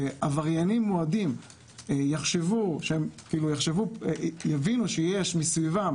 ואם העבריינים המועדים יבינו שיש סביבם